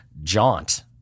jaunt